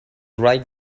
right